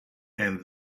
and